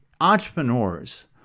entrepreneurs